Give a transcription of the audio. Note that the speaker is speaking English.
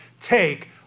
take